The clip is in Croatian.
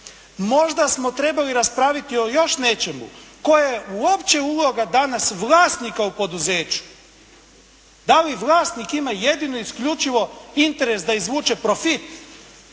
Možda smo trebali raspraviti o još nečemu. Koje je uopće uloga danas vlasnika u poduzeću. Da li vlasnik ima jedino i isključivo interes da izvuče profit